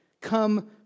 Come